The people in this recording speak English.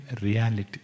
reality